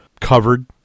covered